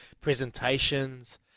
presentations